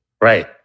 Right